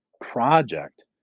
project